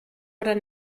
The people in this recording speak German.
oder